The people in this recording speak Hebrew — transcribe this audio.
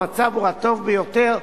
המצב הוא הטוב ביותר,